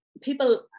people